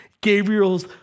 Gabriel's